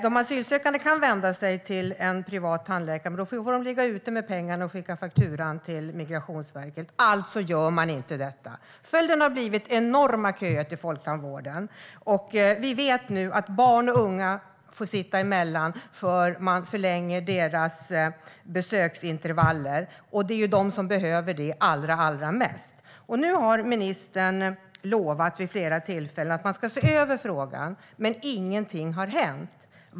De asylsökande kan vända sig till en privat tandläkare, men då får de ligga ute med pengarna och skicka fakturan till Migrationsverket. Alltså gör de inte detta. Följden har blivit enorma köer till Folktandvården. Vi vet nu att barn och unga får sitta emellan, eftersom deras besöksintervaller förlängs, och det är de som behöver tandvård allra mest. Nu har ministern vid flera tillfällen lovat att man ska se över frågan, men ingenting har hänt.